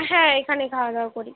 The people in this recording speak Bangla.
হ্যাঁ এখানেই খাওয়া দাওয়া করি